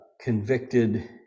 convicted